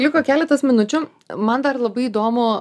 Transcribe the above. liko keletas minučių man dar labai įdomu